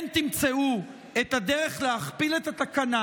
תמצאו את הדרך להכפיל את התקנה?